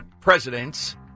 presidents